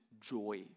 joy